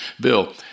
Bill